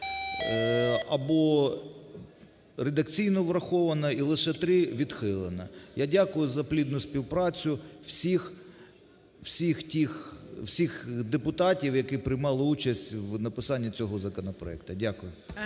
або редакційно враховано і лише три відхилено. Я дякую за плідну співпрацю всіх тих… всіх депутатів, які приймали участь в написанні цього законопроекту. Дякую.